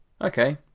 okay